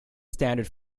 standard